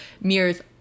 mirrors